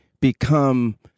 become